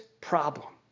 problem